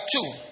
two